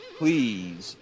please